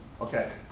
Okay